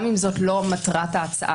גם אם זו לא מטרת ההצעה,